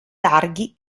larghi